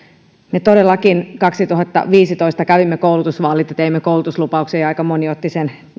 me todellakin kaksituhattaviisitoista kävimme koulutusvaalit ja teimme koulutuslupauksen ja aika moni otti sen